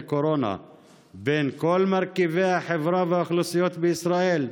קורונה בכל מרכיבי החברה והאוכלוסיות בישראל?